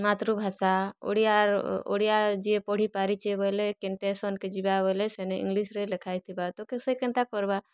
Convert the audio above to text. ମାତୃଭାଷା ଓଡ଼ିଆ ଓଡ଼ିଆ ଯିଏ ପଢ଼ି ପାରିଛି ବେଲେ କେନ ଷ୍ଟେସନ୍ କେ ଯିବା ବୋଲେ ସେନେ ଇଂଲିଶ୍ରେ ଲେଖା ହେଇଥିବା ତ ସେ କେନ୍ତା କର୍ବା